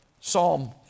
Psalm